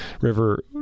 River